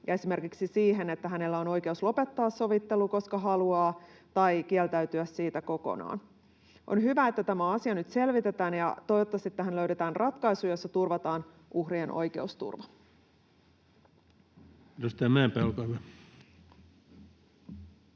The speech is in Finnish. esimerkiksi siihen, että hänellä on oikeus lopettaa sovittelu, koska haluaa, tai kieltäytyä siitä kokonaan. On hyvä, että tämä asia nyt selvitetään. Toivottavasti tähän löydetään ratkaisu, jossa turvataan uhrien oikeusturva. [Speech